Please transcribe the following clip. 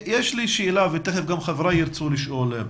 יש לי שאלה ותיכף גם חבריי ירצו לשאול.